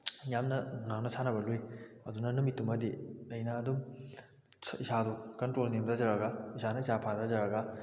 ꯌꯥꯝꯅ ꯉꯥꯡꯅ ꯁꯥꯅꯕ ꯂꯨꯏ ꯑꯗꯨꯅ ꯅꯨꯃꯤꯠꯇꯨꯃꯗꯤ ꯑꯩꯅ ꯑꯗꯨꯝ ꯏꯁꯥꯗꯣ ꯀꯟꯇ꯭ꯔꯣꯜ ꯅꯦꯝꯊꯖꯔꯒ ꯏꯁꯥꯅ ꯏꯁꯥ ꯐꯥꯊꯖꯔꯒ